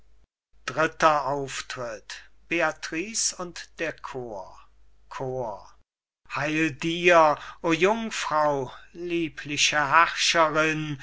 dritter auftritt beatrice und der chor chor bohemund heil dir o jungfrau liebliche